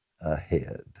Ahead